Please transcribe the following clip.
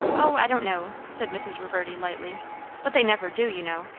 o, i don't know! said mrs. reverdy lightly but they never do, you know.